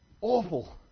Awful